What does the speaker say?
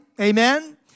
Amen